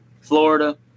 Florida